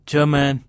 German